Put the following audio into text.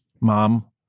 Mom